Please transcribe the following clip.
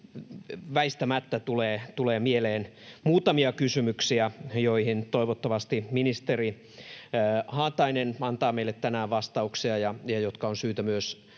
väistämättä tulee mieleen muutamia kysymyksiä, joihin toivottavasti ministeri Haatainen antaa meille tänään vastauksia ja jotka on syytä myös